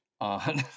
on